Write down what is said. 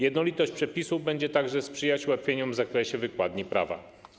Jednolitość przepisów będzie także sprzyjać ułatwieniom w zakresie wykładni prawa.